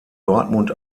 dortmund